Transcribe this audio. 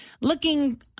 looking